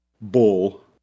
bull